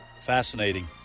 fascinating